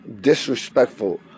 disrespectful